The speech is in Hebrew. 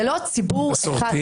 זה לא ציבור אחד.